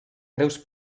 greus